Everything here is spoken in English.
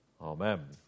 Amen